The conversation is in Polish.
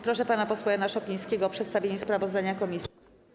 Proszę pana posła Jana Szopińskiego o przedstawienie sprawozdania komisji.